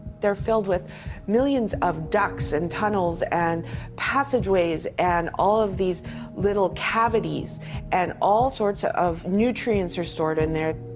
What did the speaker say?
they're filled with millions of ducts and tunnels and passageways and all of these little cavities and all sorts ah of nutrients are stored in there